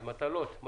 מטלות.